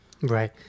right